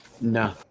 No